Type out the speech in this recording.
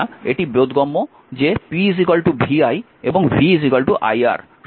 এটি বোধগম্য যে p vi এবং v iR